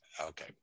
okay